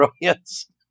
brilliance